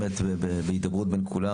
במקום ההגדרה "סמל תנאי ייצור נאותים"